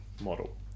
model